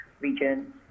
region